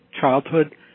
childhood